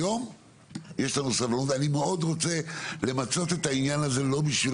היום אני מאוד רוצה למצות את העניין הזה לא בשביל